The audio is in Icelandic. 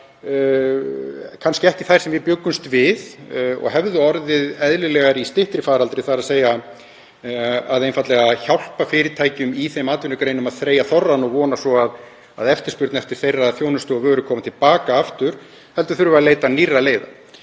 kannski ekki þær sem við bjuggumst við og hefðu orðið eðlilegar í styttri faraldri, þ.e. að hjálpa einfaldlega fyrirtækjum í þeim atvinnugreinum að þreyja þorrann og vona svo að eftirspurn eftir þeirra þjónustu og vöru komi til baka aftur, heldur þarf að leita nýrra leiða.